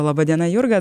laba diena jurga